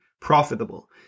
profitable